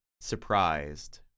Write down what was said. surprised